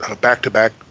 back-to-back